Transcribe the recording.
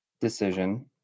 decision